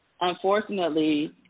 Unfortunately